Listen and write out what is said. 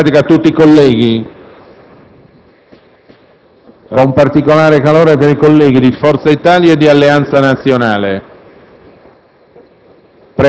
Mi rivolgo a tutti i colleghi e con particolare calore ai colleghi di Forza Italia e di Alleanza Nazionale.